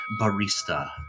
Barista